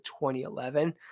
2011